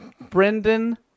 Brendan